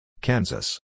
Kansas